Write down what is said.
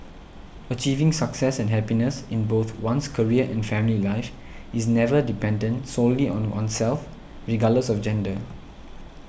achieving success and happiness in both one's career and family life is never dependent solely on oneself regardless of gender